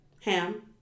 Ham